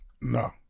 No